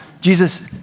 Jesus